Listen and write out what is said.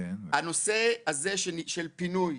הנושא הזה של פינוי,